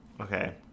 Okay